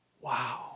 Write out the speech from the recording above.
Wow